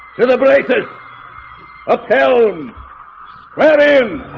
to the braces upheld wherein